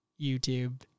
YouTube